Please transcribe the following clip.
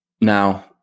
Now